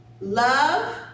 love